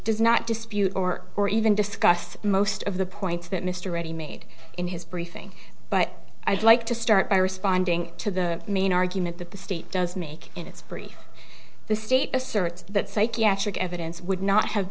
does not dispute or or even discuss most of the points that mr ready made in his briefing but i'd like to start by responding to the main argument that the state does make in its brief the state asserts that psychiatric evidence would not have